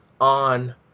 on